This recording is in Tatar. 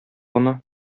гына